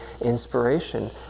inspiration